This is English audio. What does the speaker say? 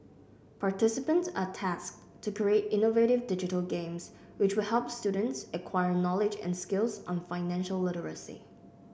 participants are tasked to create innovative digital games which will help students acquire knowledge and skills on financial literacy